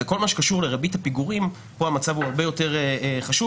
כל מה שקשור לריבית הפיגורים פה המצב הוא הרבה יותר חשוב,